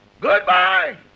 Goodbye